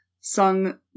sung